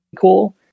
cool